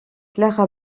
clara